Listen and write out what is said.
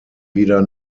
wieder